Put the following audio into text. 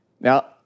Now